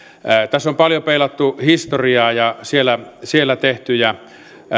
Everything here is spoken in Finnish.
tässä on paljon peilattu historiaa ja siellä siellä tehtyjä